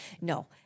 No